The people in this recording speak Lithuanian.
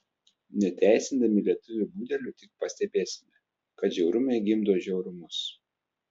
neteisindami lietuvių budelių tik pastebėsime kad žiaurumai gimdo žiaurumus